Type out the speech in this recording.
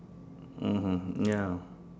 mmhmm ya